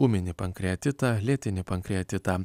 ūminį pankreatitą lėtinį pankreatitą